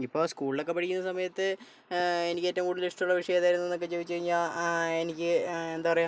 ഇപ്പം സ്കൂളിലൊക്കെ പഠിക്കുന്ന സമയത്ത് എനിക്ക് ഏറ്റവും കൂടുതൽ ഇഷ്ടമുള്ള വിഷയം ഏതായിരുന്നു എന്നൊക്കെ ചോദിച്ച് കഴിഞ്ഞാൽ എനിക്ക് എന്താ പറയുക